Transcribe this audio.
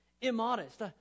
immodest